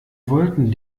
wollten